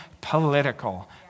political